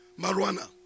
marijuana